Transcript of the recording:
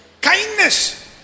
Kindness